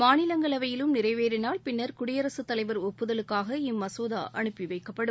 மாநிலங்களவையிலும் நிறைவேறினால் பின்னா் குடியரசுத்தலைவா் ஒப்புதலுக்காக இம்மசோதா அனுப்பி வைக்கப்படும்